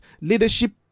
Leadership